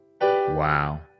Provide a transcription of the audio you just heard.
Wow